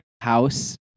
house